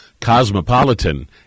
cosmopolitan